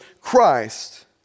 Christ